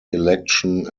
election